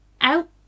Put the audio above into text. out